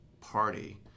party